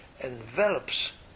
envelops